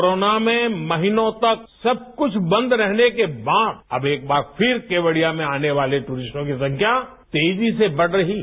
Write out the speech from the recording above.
corona में महीनों तक सब कुछ बंद रहने के बाद अब एक बार फिर केवड़िया में आने वाले टूरिस्टों की संख्या तेजी से बढ़ रही है